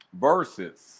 Versus